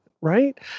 Right